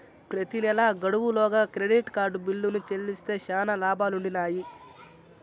ప్రెతి నెలా గడువు లోగా క్రెడిట్ కార్డు బిల్లుని చెల్లిస్తే శానా లాబాలుండిన్నాయి